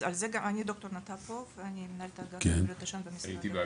אני מנהלת האגף לבריאות השן במשרד הבריאות.